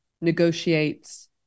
negotiates